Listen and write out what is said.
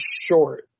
short